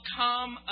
come